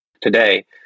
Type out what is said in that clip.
today